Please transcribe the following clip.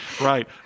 Right